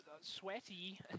sweaty